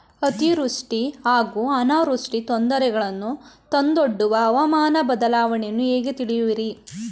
ಅತಿವೃಷ್ಟಿ ಹಾಗೂ ಅನಾವೃಷ್ಟಿ ತೊಂದರೆಗಳನ್ನು ತಂದೊಡ್ಡುವ ಹವಾಮಾನ ಬದಲಾವಣೆಯನ್ನು ಹೇಗೆ ತಿಳಿಯುವಿರಿ?